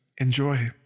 Enjoy